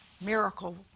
miracle